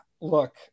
look